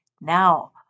Now